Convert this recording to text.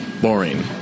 boring